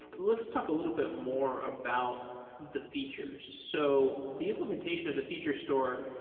let's talk a little bit more about the features. so the implementation of the feature store,